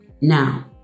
Now